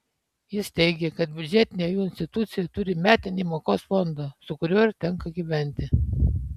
jis teigė kad biudžetinė jų institucija turi metinį mokos fondą su kuriuo ir tenka gyventi